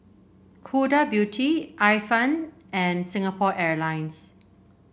Huda Beauty Ifan and Singapore Airlines